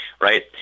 right